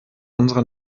unserer